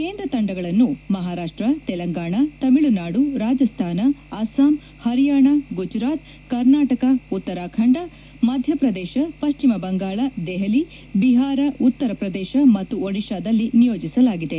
ಕೇಂದ್ರ ತಂಡಗಳನ್ನು ಮಹಾರಾಷ್ಟ ತೆಲಂಗಾಣ ತಮಿಳುನಾಡು ರಾಜಸ್ವಾನ ಅಸ್ಲಾಂ ಹರಿಯಾಣ ಗುಜರಾತ್ ಕರ್ನಾಟಕ ಉತ್ತರಾಖಂಡ ಮಧ್ವಪ್ರದೇಶ ಪಶ್ವಿಮ ಬಂಗಾಳ ದೆಹಲಿ ಬಿಹಾರ ಉತ್ತರ ಪ್ರದೇಶ ಮತ್ತು ಒಡಿಶಾದಲ್ಲಿ ನಿಯೋಜಿಸಲಾಗಿದೆ